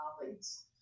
colleagues